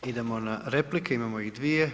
Idemo na replike, imamo ih dvije.